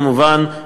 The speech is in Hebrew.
כמובן,